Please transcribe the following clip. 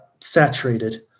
saturated